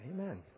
Amen